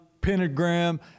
pentagram